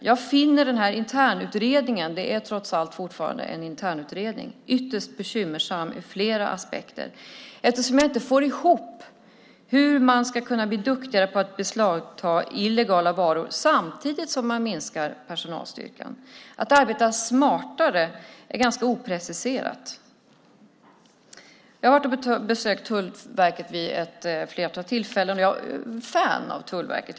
Jag finner denna internutredning - det är trots allt fortfarande en internutredning - ytterst bekymmersam ur flera aspekter eftersom jag inte får ihop hur man ska kunna bli duktigare på att beslagta illegala varor samtidigt som man minskar personalstyrkan. Att arbeta smartare är ganska opreciserat. Jag har besökt Tullverket vid ett flertal tillfällen, och jag är en fan av Tullverket.